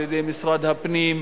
על-ידי משרד הפנים,